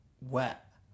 wet